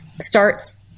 starts